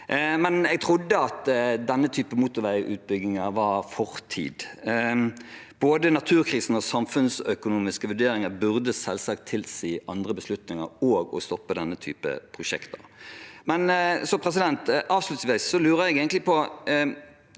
jeg trodde at denne typen motorveiutbygging var fortid. Både naturkrisen og samfunnsøkonomiske vurderinger burde selvsagt tilsi andre beslutninger og at man stopper denne typen prosjekter. Avslutningsvis lurer jeg på